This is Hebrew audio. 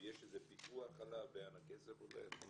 יש איזה פיקוח עליו, לאן הכסף הולך?